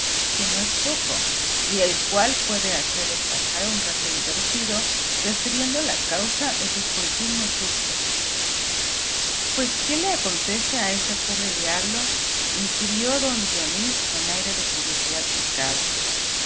que no es poco y el cual puede haceros pasar un rato divertido refiriendo la causa de sus continuos sustos pues qué le acontece a ese pobre diablo inquirió don dionís con aire de curiosidad picada